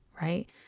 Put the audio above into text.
Right